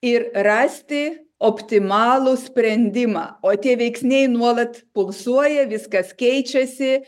ir rasti optimalų sprendimą o tie veiksniai nuolat pulsuoja viskas keičiasi